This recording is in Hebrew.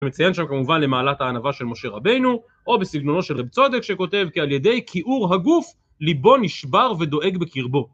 מציין שם כמובן למעלת הענבה של משה רבינו, או בסגנונו של רב צודק שכותב, כי על ידי כיעור הגוף ליבו נשבר ודואג בקרבו.